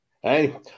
Hey